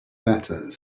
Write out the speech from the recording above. better